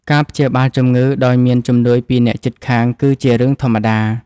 ការព្យាបាលជំងឺដោយមានជំនួយពីអ្នកជិតខាងគឺជារឿងធម្មតា។